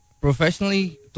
Professionally